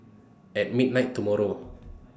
At midnight tomorrow